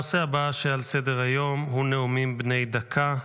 הנושא הבא שעל סדר-היום הוא נאומים בני דקה.